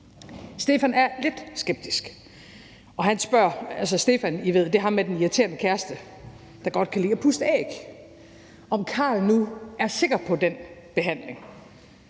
Stefan er lidt skeptisk – I ved, Stefan er ham med den irriterende kæreste, der godt kan lide at puste æg – og han spørger, om Carl nu er sikker på den behandling.